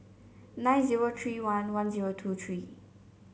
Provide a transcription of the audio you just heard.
nine zero three one one zero two three